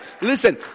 listen